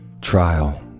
trial